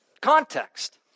context